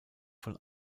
von